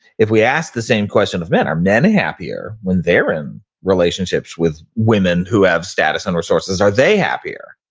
if we asked the same question of men, are men happier when they're in relationships with women who have status on resources, are they happier?